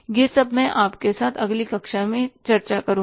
यह सब मैं आपके साथ अगली कक्षा में चर्चा करूँगा